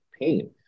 pain